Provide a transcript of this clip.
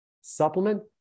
supplement